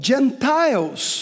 Gentiles